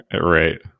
Right